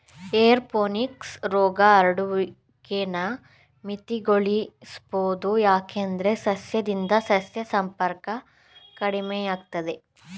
aeroponics ರೋಗ ಹರಡುವಿಕೆನ ಮಿತಿಗೊಳಿಸ್ಬೋದು ಯಾಕಂದ್ರೆ ಸಸ್ಯದಿಂದ ಸಸ್ಯ ಸಂಪರ್ಕ ಕಡಿಮೆಯಾಗ್ತದೆ